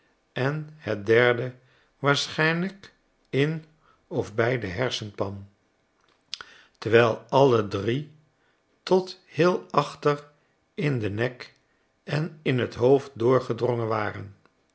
en het derde waarschijnlijk in of bij de hersenpan terwijl alle drie tot heel achter in den nek en in j t hoofd doorgedrongen waren